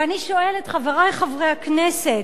ואני שואלת, חברי חברי הכנסת,